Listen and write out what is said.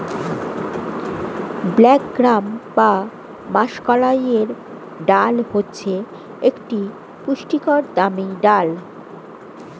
black gram বা মাষকলাইয়ের ডাল হচ্ছে একটি পুষ্টিকর দামি ডাল